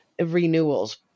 renewals